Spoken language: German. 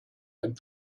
dem